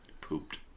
pooped